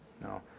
No